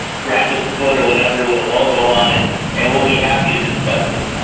rabbit's foot or whatever with a logo on it and we'll be happy to discuss it.